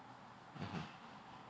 mmhmm